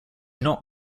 not